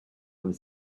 was